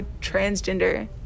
transgender